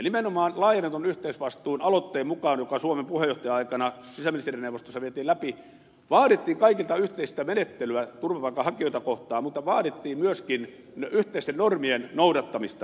nimenomaan laajennetun yhteisvastuun aloitteen mukaan joka suomen puheenjohtaja aikana sisäministerineuvostossa vietiin läpi vaadittiin kaikilta yhteistä menettelyä turvapaikanhakijoita kohtaan mutta vaadittiin myöskin yhteisten normien noudattamista